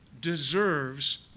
deserves